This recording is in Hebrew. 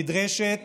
נדרשת